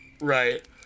Right